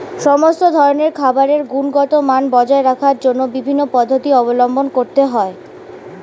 সমস্ত ধরনের খাবারের গুণগত মান বজায় রাখার জন্য বিভিন্ন পদ্ধতি অবলম্বন করতে হয়